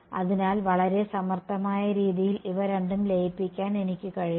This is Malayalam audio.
അതിനാൽ വളരെ സമർത്ഥമായ രീതിയിൽ ഇവ രണ്ടും ലയിപ്പിക്കാൻ എനിക്ക് കഴിഞ്ഞു